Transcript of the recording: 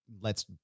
lets